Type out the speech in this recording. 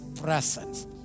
presence